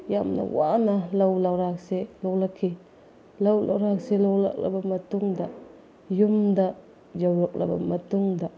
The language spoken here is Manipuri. ꯌꯥꯝꯅ ꯋꯥꯅ ꯂꯧ ꯂꯩꯔꯥꯛꯁꯦ ꯂꯣꯛꯂꯛꯈꯤ ꯂꯧ ꯂꯧꯔꯥꯛꯁꯦ ꯂꯣꯛꯂꯛꯂꯕ ꯃꯇꯨꯡꯗ ꯌꯨꯝꯗ ꯌꯨꯝꯗ ꯌꯧꯔꯛꯂꯕ ꯃꯇꯨꯡꯗ